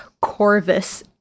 corvus